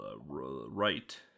right